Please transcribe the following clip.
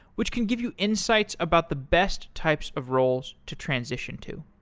which can give you insights about the best types of roles to transition to.